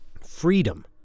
Freedom